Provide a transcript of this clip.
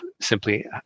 simply